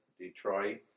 Detroit